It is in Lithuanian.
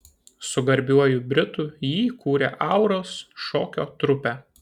su garbiuoju britu jį kūrė auros šokio trupę